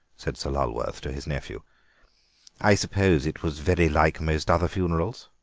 said sir lulworth to his nephew i suppose it was very like most other funerals?